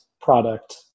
product